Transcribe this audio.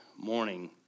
morning